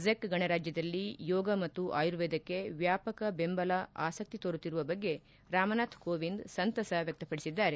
check ಗಣರಾಜ್ಯದಲ್ಲಿ ಯೋಗ್ಮತ್ತು ಆರ್ಯುವೇದಕ್ಕೆ ವ್ಯಾಪಕ ಬೆಂಬಲ ಆಸಕ್ತಿ ತೋರುತ್ತಿರುವ ಬಗ್ಗೆ ರಾಮನಾಥ್ ಕೋವಿಂದ್ ಸಂತಸ ವ್ಯಕ್ತಪಡಿಸಿದ್ದಾರೆ